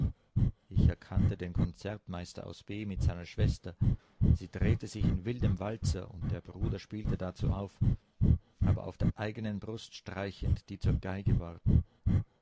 ich erkannte den konzertmeister aus b mit seiner schwester die drehte sich in wildem walzer und der bruder spielte dazu auf aber auf der eigenen brust streichend die zur geige